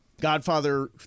Godfather